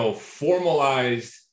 formalized